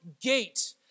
gate